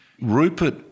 Rupert